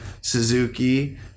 Suzuki